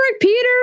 Peter